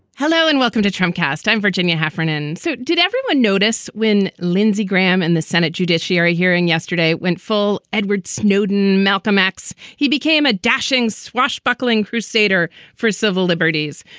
hello and welcome to tramcars time, virginia heffernan. so did everyone notice when lindsey graham in the senate judiciary hearing yesterday went full? edward snowden, malcolm x, he became a dashing, swashbuckling crusader for civil liberties.